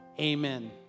Amen